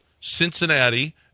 Cincinnati